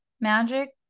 magic